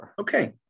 okay